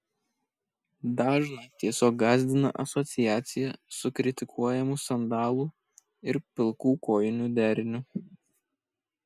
dažną tiesiog gąsdina asociacija su kritikuojamu sandalų ir pilkų kojinių deriniu